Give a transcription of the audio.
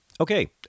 Okay